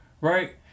right